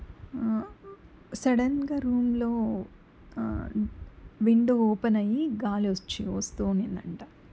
సడన్గా రూమ్లో window open అయ్యి గాలి వచ్చి వస్తూ ఉనిందంట